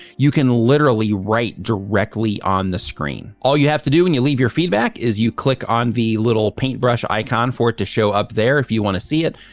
you can literally write directly on the screen. all you have to do when you leave your feedback is you click on the little paintbrush icon for it to show up there if you want to see it,